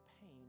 pain